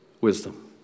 wisdom